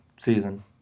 season